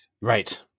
Right